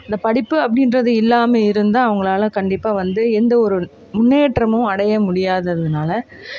இந்த படிப்பு அப்படீன்றது இல்லாமல் இருந்தால் அவங்களால கண்டிப்பாக வந்து எந்தவொரு முன்னேற்றமும் அடைய முடியாததுனால்